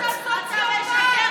אתה סוציומט, אתה סוציומט.